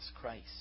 Christ